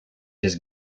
his